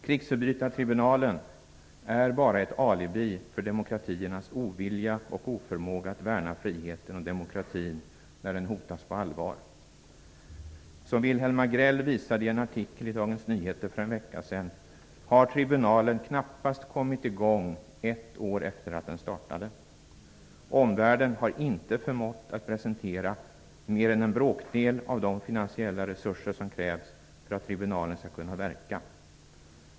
Krigsförbrytartribunalen är bara ett alibi för demokratiernas ovilja och oförmåga att värna friheten och demokratin när den hotas på allvar. Som Wilhelm Agrell visade i en artikel i Dagens nyheter för en vecka sedan har tribunalen knappast kommit i gång, ett år efter det att den startade. Omvärlden har inte förmått att presentera mer än en bråkdel av de finansiella resurser som krävs för att tribunalen skall kunna verka.